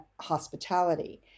hospitality